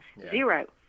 Zero